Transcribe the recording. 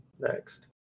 next